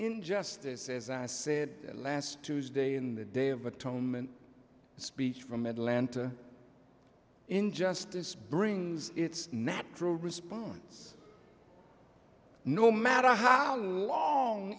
in justice as i said last tuesday in the day of atonement speech from atlanta injustice brings its natural response no matter how long